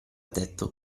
detto